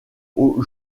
aux